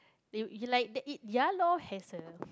they they like they eat yellow hazel